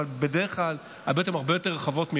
אבל בדרך כלל הבעיות הרבה יותר רחבות מרצח.